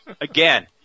again